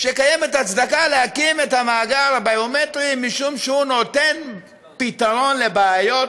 שיש הצדקה להקים את המאגר הביומטרי משום שהוא נותן פתרון לבעיות